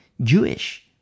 Jewish